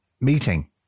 meeting